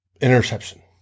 interception